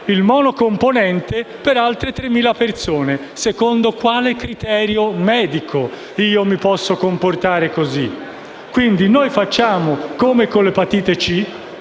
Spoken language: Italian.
il monocomponente per altre tremila persone. Secondo quale criterio medico mi posso comportare così? Quindi, noi facciamo come abbiamo fatto